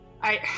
I-